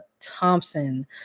Thompson